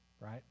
right